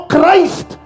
Christ